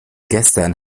gestern